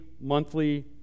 monthly